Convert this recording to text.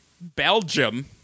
Belgium